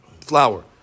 flour